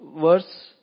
verse